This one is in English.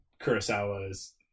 Kurosawa's